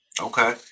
Okay